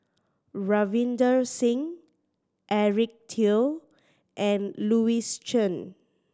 Ravinder Singh Eric Teo and Louis Chen